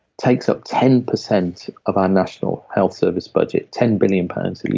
takes up ten percent of our national health service budget, ten billion pounds and